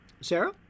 Sarah